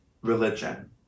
Religion